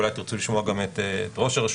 ואולי תרצו לשמוע גם את ראש הרשות,